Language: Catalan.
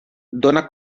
dóna